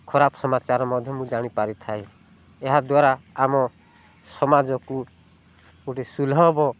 ଖରାପ ସମାଚାର ମଧ୍ୟ ମୁଁ ଜାଣିପାରିଥାଏ ଏହା ଦ୍ୱାରା ଆମ ସମାଜକୁ ଗୋଟେ ସୁଲଭ